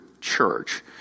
church